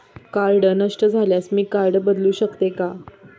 Card नष्ट झाल्यास मी कार्ड बदलू शकते का?